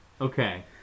okay